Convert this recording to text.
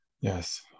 Yes